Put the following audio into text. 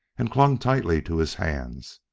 and clung tightly to his hands.